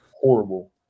horrible